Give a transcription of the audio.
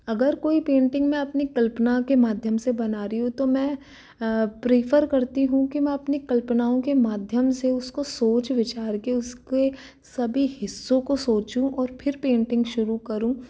अगर कोई पेंटिंग मैं अपनी कल्पना के माध्यम से बना रही हूँ तो मैं प्रीफर करती हूँ कि मैं अपनी कल्पनाओं के माध्यम से उसको सोच विचार कर उसके सभी हिस्सों को सोचूँ और फ़िर पेंटिंग शुरू करूँ